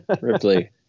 ripley